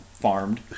farmed